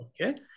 okay